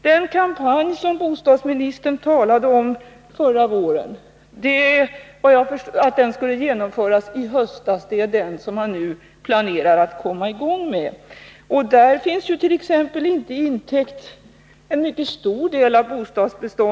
Den kampanj som man nu planerar att dra i gång är, efter vad jag förstår, den kampanj som bostadsministern förra våren sade att man skulle genomföra i höstas. Denna kampanj täcker inte heller in en mycket stor del av bostadsbeståndet.